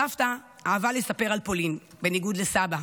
סבתא אהבה לספר על פולין, בניגוד לסבא.